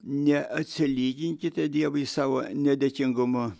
neatsilyginkite dievui savo nedėkingumu